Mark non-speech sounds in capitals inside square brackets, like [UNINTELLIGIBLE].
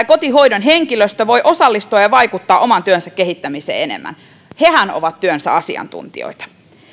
[UNINTELLIGIBLE] kotihoidon henkilöstö voi osallistua ja vaikuttaa oman työnsä kehittämiseen enemmän hehän ovat työnsä asiantuntijoita